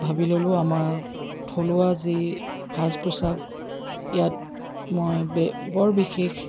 ভাবি ল'লোঁ আমাৰ থলুৱা যি সাজ পোছাক ইয়াত মই বে বৰ বিশেষ